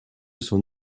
son